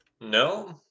No